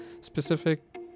specific